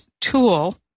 tool